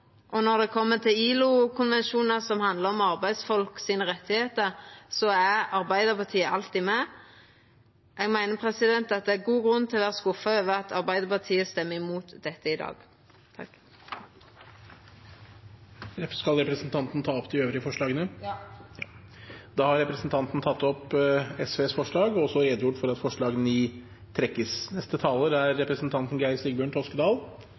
Når det kjem til ILO-konvensjonar som handlar om arbeidsfolk sine rettar, er Arbeidarpartiet alltid med. Eg meiner at det er god grunn til å vera skuffa over at Arbeidarpartiet stemmer imot dette i dag. Eg tek opp dei andre forslaga frå SV òg. Representanten Solfrid Lerbrekk har tatt opp de forslagene hun refererte til, og også redegjort for at forslag nr. 9 trekkes. Dette er